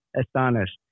astonished